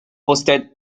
posted